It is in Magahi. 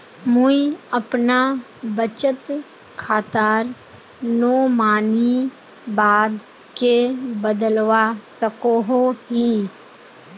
मुई अपना बचत खातार नोमानी बाद के बदलवा सकोहो ही?